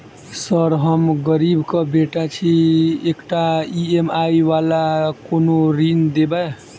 Sir हम गरीबक बेटा छी एकटा ई.एम.आई वला कोनो ऋण देबै?